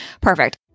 Perfect